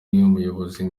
umuyobozi